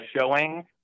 showing